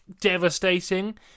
devastating